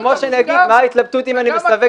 זה כמו שאני אגיד מה ההתלבטות אם אני מסווג